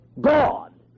God